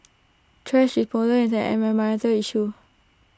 thrash disposal is an environmental issue